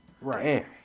Right